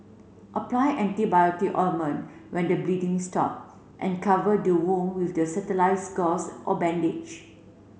apply antibiotic ointment when the bleeding stop and cover the wound with the gauze or bandage